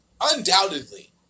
undoubtedly